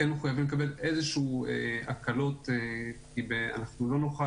כן --- לקבל איזה שהן הקלות כי אנחנו לא נוכל